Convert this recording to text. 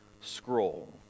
scroll